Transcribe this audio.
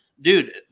Dude